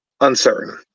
uncertain